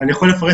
אוכל לפרט